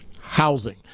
housing